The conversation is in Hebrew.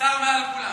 השר מעל כולם.